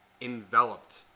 enveloped